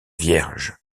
vierges